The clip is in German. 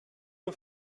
nur